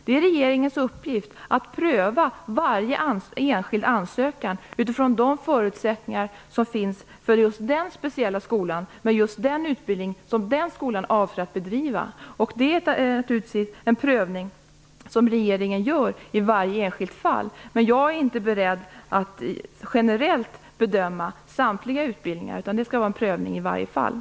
Det är regeringens uppgift att pröva varje enskild ansökan utifrån de förutsättningar som finns för just den speciella skolan med just den utbildning som den skolan avser att bedriva. Det är naturligtvis en prövning som regeringen gör i varje enskilt fall. Jag är inte beredd att generellt bedöma samtliga utbildningar, utan det skall vara en prövning i varje fall.